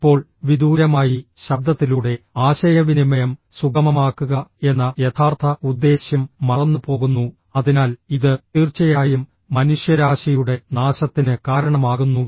ഇപ്പോൾ വിദൂരമായി ശബ്ദത്തിലൂടെ ആശയവിനിമയം സുഗമമാക്കുക എന്ന യഥാർത്ഥ ഉദ്ദേശ്യം മറന്നുപോകുന്നു അതിനാൽ ഇത് തീർച്ചയായും മനുഷ്യരാശിയുടെ നാശത്തിന് കാരണമാകുന്നു